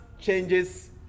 changes